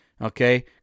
okay